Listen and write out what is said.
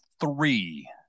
three